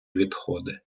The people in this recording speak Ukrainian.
відходи